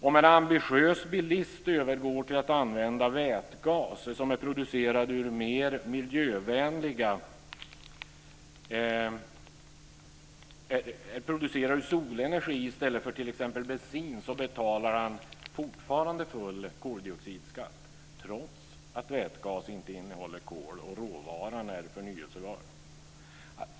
Om en ambitiös bilist övergår till att använda vätgas som är producerad ur solenergi i stället för t.ex. bensin betalar han fortfarande full koldioxidskatt, trots att vätgas inte innehåller kol och råvaran är förnybar.